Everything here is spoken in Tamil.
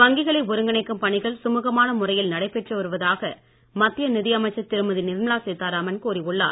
வங்கிகளை ஒருங்கிணைக்கும் பணிகள் சுமுகமான முறையில் நடைபெற்று வருவதாக மத்திய நிதியமைச்சர் திருமதி நிர்மலா சீத்தாராமன் கூறி உள்ளார்